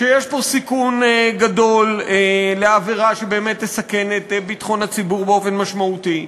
שיש פה סיכון גדול של עבירה שבאמת תסכן את ביטחון הציבור באופן משמעותי,